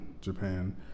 Japan